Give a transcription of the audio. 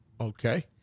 okay